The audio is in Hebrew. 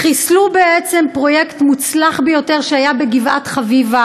חיסלו בעצם פרויקט מוצלח ביותר שהיה בגבעת-חביבה,